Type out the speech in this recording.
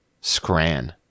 Scran